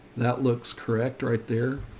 that looks correct right there.